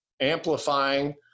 amplifying